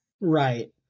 right